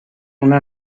una